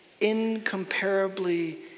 incomparably